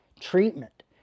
treatment